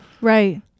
Right